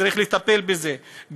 צריך לטפל בזה,